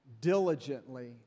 diligently